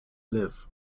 live